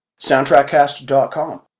SoundtrackCast.com